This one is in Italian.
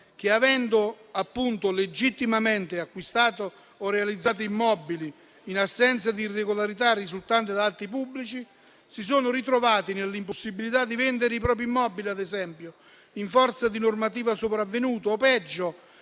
che, avendo appunto legittimamente acquistato o realizzato immobili in assenza di irregolarità risultante da atti pubblici, si sono ritrovati nell'impossibilità di vendere i propri immobili, in forza di normativa sopravvenuta. Ancora,